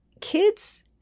kids